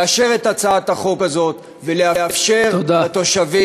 לאשר את הצעת החוק הזאת ולאפשר לתושבים,